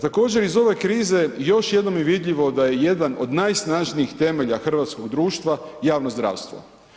Također iz ove krize još je jednom i vidljivo da je jedan od najsnažnijih temelja hrvatskog društva, javno zdravstvo.